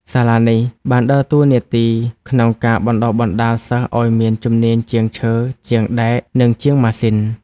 សាលានេះបានដើរតួនាទីក្នុងការបណ្ដុះបណ្ដាលសិស្សឱ្យមានជំនាញជាងឈើ ជាងដែក និងជាងម៉ាស៊ីន។